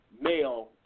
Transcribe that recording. male